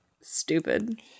...stupid